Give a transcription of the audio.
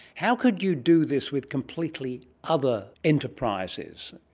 how could you do this with completely other enterprises,